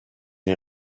est